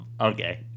Okay